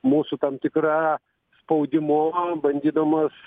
mūsų tam tikra spaudimu bandydamos